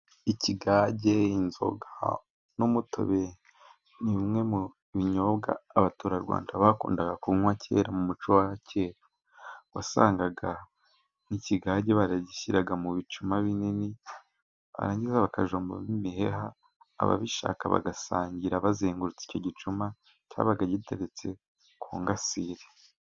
Ikigage, inzoga n'umutobe ni bimwe mu binyobwa abaturarwanda bakundaga kunwa, kera mu muco wa kera wasangaga nk'ikigage baragishyiraga mu bicuma binini, barangiza bakajombamo imiheha ababishaka bagasangira bazengurutse icyo gicuma, cyabaga giteretse ku ngasire.